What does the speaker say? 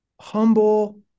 humble